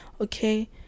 Okay